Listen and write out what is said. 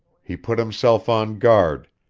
he put himself on guard,